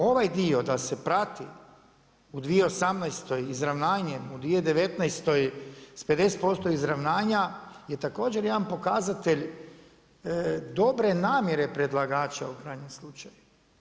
Ovaj dio da se prati u 2018. izravnanjem u 2019. s 50% izravnanja je također jedan pokazatelj dobre namjere predlagača u krajnjem slučaju.